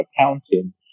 accounting